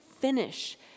finish